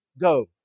go